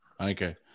Okay